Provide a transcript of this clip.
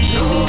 no